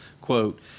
quote